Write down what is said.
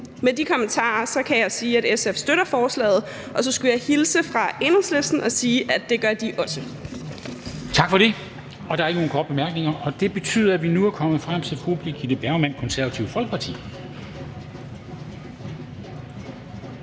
Med de kommentarer kan jeg sige, at SF støtter forslaget, og så skulle jeg hilse fra Enhedslisten og sige, at det gør de også. Kl. 13:55 Formanden (Henrik Dam Kristensen): Tak for det. Der er ikke nogen korte bemærkninger, og det betyder, at vi nu er kommet frem til Birgitte Bergman, Det Konservative Folkeparti.